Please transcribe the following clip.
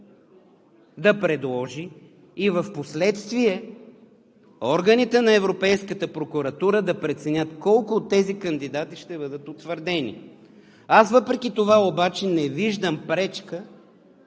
да предложи и впоследствие органите на Европейската прокуратура да преценят колко от тези кандидати ще бъдат утвърдени. Аз не виждам пречка